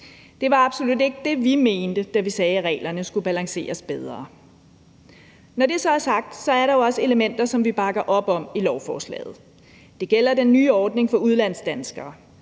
Det var absolut ikke det, vi mente, da vi sagde, at reglerne skulle balanceres bedre. Når det så er sagt, er der jo også elementer, som vi bakker op om, i lovforslaget. Det gælder den nye ordning for udlandsdanskere.